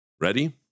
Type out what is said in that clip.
Ready